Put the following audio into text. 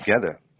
together